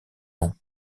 nom